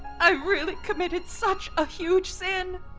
i really committed such a huge sin.